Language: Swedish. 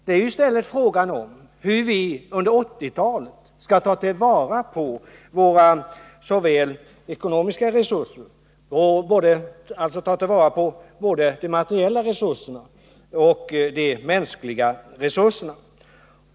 Det är i stället en fråga om hur vi under 1980-talet skall ta till vara både de materiella och de mänskliga resurserna.